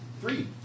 free